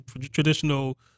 traditional